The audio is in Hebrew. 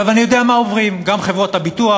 עכשיו, אני יודע מה אומרים, גם חברות הביטוח,